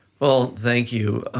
well, thank you.